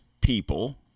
people